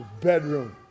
bedroom